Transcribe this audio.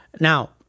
Now